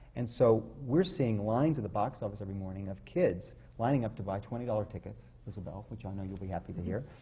and so, we're seeing lines at the box office every morning of kids lining up to buy twenty dollar tickets, isabelle, which i know you'll be happy to hear,